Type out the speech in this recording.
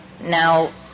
Now